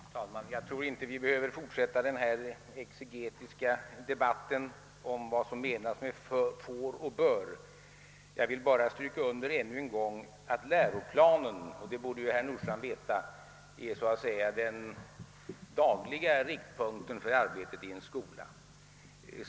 Herr talman! Jag tror inte att vi behöver fortsätta den exegetiska debatten om vad som menas med »får» och »bör». Jag vill bara ännu en gång stryka under att läroplanen — och det borde herr Nordstrandh veta — är riktpunkten för det dagliga arbetet i skolan.